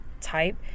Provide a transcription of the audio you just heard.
type